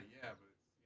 evidence.